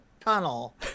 tunnel